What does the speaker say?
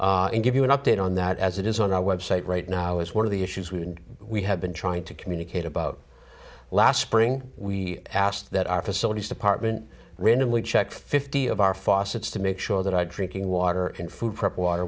water and give you an update on that as it is on our web site right now is one of the issues we and we have been trying to communicate about last spring we asked that our facilities department randomly check fifty of our faucets to make sure that i drinking water and food prep water